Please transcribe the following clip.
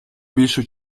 більшу